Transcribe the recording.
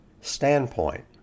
standpoint